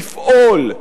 לפעול,